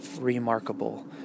remarkable